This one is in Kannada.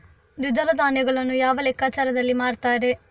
ದ್ವಿದಳ ಧಾನ್ಯಗಳನ್ನು ಯಾವ ಲೆಕ್ಕಾಚಾರದಲ್ಲಿ ಮಾರ್ತಾರೆ?